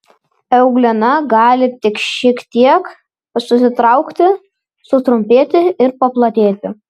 euglena gali tik šiek tiek susitraukti sutrumpėti ir paplatėti